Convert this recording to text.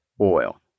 oil